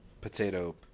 potato